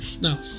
Now